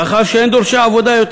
מאחר שאין דורשי עבודה יותר.